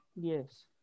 Yes